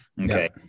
Okay